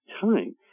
time